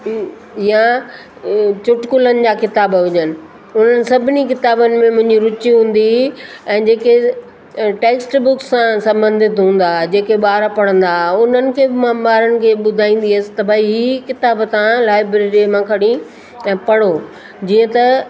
या चुटकुलनि जा किताब हुजनि उन्हनि सभिनी किताबनि में मुंहिंजी रुचि हूंदी ऐं जेके टैक्सट बुक सां संॿंधित हूंदा के ॿार पढ़ंदा हुआ उन्हनि खे बि मां ॿारनि खे ॿुधाईंदी हुअसि भई हीउ किताब तव्हां लाइब्रेरीअ मां खणी ऐं पढ़ो जीअं त